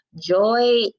joy